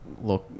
look